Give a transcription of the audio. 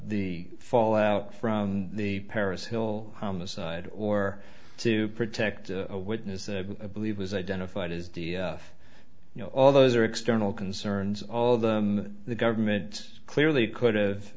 the fallout from the paris hill homicide or to protect a witness a believe was identified as d f you know all those are external concerns all of them the government clearly could've